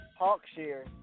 Hawkshare